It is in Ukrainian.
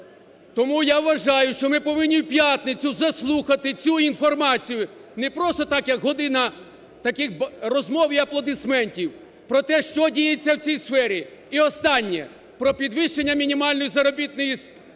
Тому я вважаю, що ми повинні в п'ятницю заслухати цю інформацію, не просто так, як година таких розмов і аплодисментів, про те, що діється у цій сфері. І останнє. Про підвищення мінімальної заробітної зарплати.